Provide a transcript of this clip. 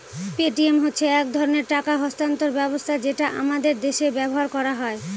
Paytm হচ্ছে এক ধরনের টাকা স্থানান্তর ব্যবস্থা যেটা আমাদের দেশে ব্যবহার করা হয়